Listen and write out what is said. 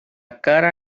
cara